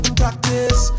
practice